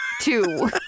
two